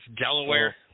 Delaware